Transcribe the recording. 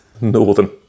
Northern